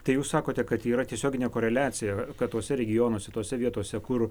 tai jūs sakote kad yra tiesioginė koreliacija kad tuose regionuose tose vietose kur